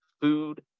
food